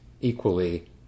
equally